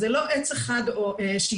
אז זה לא עץ אחד שיישאר,